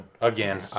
Again